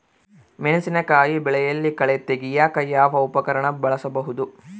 ಮೆಣಸಿನಕಾಯಿ ಬೆಳೆಯಲ್ಲಿ ಕಳೆ ತೆಗಿಯಾಕ ಯಾವ ಉಪಕರಣ ಬಳಸಬಹುದು?